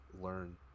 learn